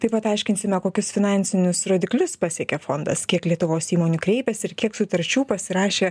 taip pat aiškinsime kokius finansinius rodiklius pasiekė fondas kiek lietuvos įmonių kreipėsi ir kiek sutarčių pasirašė